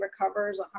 recovers